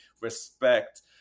respect